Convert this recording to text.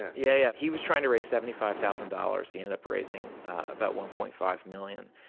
yeah he was trying to raise seventy five thousand dollars he ended up raising about one point five million